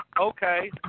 okay